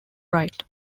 right